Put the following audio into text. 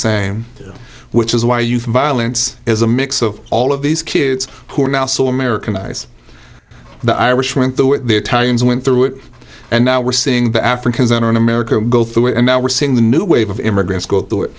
same which is why you violence is a mix of all of these kids who are now so americanize the irish went through it the italians went through it and now we're seeing the africans enter in america and go through it and now we're seeing the new wave of immigrants go through it